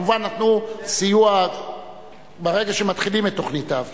כמובן, נתנו סיוע ברגע שמתחילים את תוכנית ההבראה.